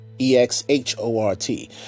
E-X-H-O-R-T